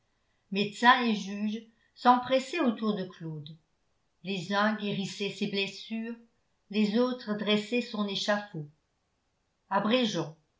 médecins et juges s'empressaient autour de claude les uns guérissaient ses blessures les autres dressaient son échafaud abrégeons